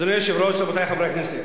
אדוני היושב-ראש, רבותי חברי הכנסת,